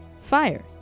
Fire